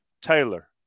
Taylor